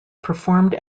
performed